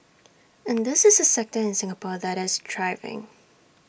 and this is A sector in Singapore that is thriving